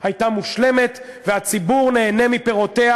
הייתה מושלמת, והציבור נהנה מפירותיה